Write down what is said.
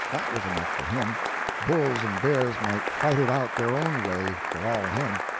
that was enough for him bulls and bears might fight it out their own way for all him,